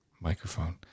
microphone